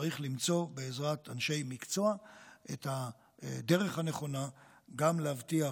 צריך למצוא בעזרת אנשי מקצוע את הדרך הנכונה גם להבטיח